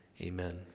Amen